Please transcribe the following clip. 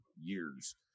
years